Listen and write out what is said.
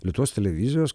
lietuvos televizijos